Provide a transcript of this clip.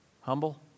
Humble